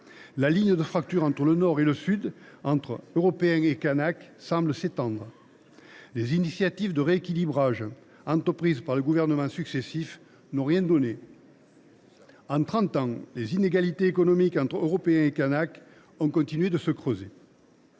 La ligne de fracture entre le nord et le sud – entre Européens et Kanaks – semble s’étendre. Les initiatives de rééquilibrage, lancées par les gouvernements successifs, n’ont rien donné. En trente ans, les inégalités économiques entre Européens et Kanaks ont continué de se creuser.